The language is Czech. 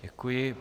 Děkuji.